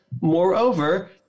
moreover